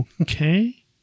Okay